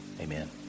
Amen